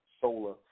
solar